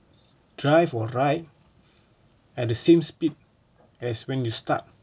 drive or ride at the same speed as when you start